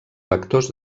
vectors